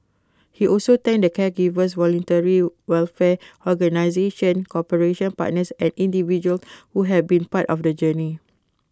he also thanked the caregivers voluntary welfare organisations corporate partners and individuals who have been part of the journey